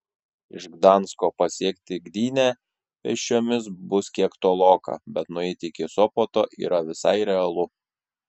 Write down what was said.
iš gdansko pasiekti gdynę pėsčiomis bus kiek toloka bet nueiti iki sopoto yra visai realu